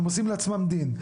הם עושים לעצמם דין,